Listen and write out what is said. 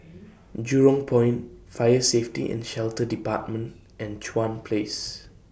Jurong Point Fire Safety and Shelter department and Chuan Place